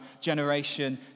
generation